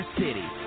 city